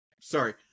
sorry